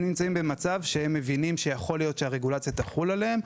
הם נמצאים במצב שבו הם מבינים שיכול להיות שהרגולציה תחול עליהם.